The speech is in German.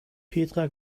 petra